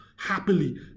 Happily